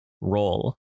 roll